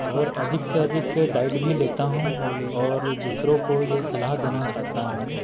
और अधिक से अधिक डाइट भी लेता हूँ और दूसरों को ये सलाह देना चाहता हूँ